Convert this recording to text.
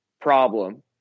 problem